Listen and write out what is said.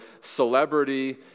celebrity